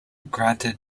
granted